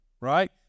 right